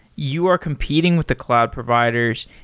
you are competing with the cloud providers.